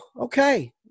okay